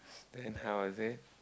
then how was it